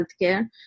healthcare